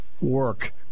work